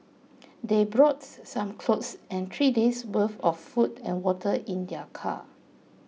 they brought some clothes and three days'worth of food and water in their car